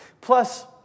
Plus